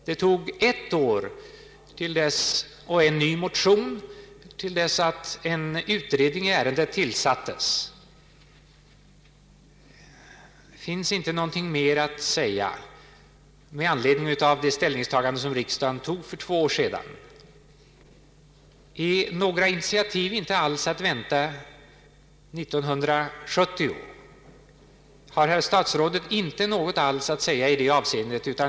Det tog ett år och en ny motion innan en utredning i ärendet tillsattes. Finns det ingenting mer att säga med anledning av det ställningstagande som riksdagen gjorde för två år sedan? Är några initiativ inte alls att vänta år 1970? Har statsrådet Aspling inte något att anföra i det avseendet?